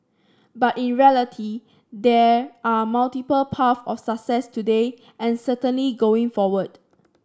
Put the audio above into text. but in reality there are multiple paths of success today and certainly going forward